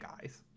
guys